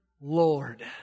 Lord